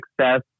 success